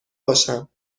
باشم